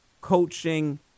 coaching